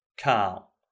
Carl